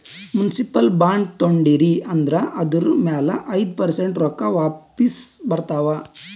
municipal bond ತೊಂಡಿರಿ ಅಂದುರ್ ಅದುರ್ ಮ್ಯಾಲ ಐಯ್ದ ಪರ್ಸೆಂಟ್ ರೊಕ್ಕಾ ವಾಪಿಸ್ ಬರ್ತಾವ್